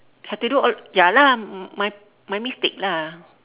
have to do all ya lah my my mistake lah